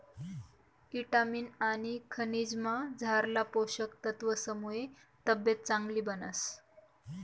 ईटामिन आनी खनिजमझारला पोषक तत्वसमुये तब्येत चांगली बनस